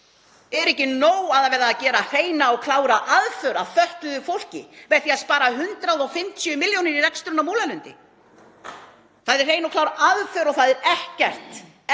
Er ekki nóg að það sé verið að hreina og klára aðför að fötluðu fólki með því að spara 150 milljónir í reksturinn á Múlalundi? Það er hrein og klár aðför. Það er ekkert sem